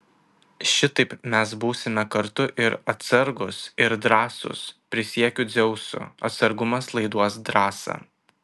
šitaip mes būsime kartu ir atsargūs ir drąsūs prisiekiu dzeusu atsargumas laiduos drąsą